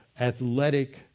athletic